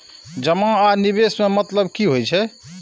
जमा आ निवेश में मतलब कि होई छै?